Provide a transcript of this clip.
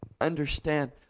Understand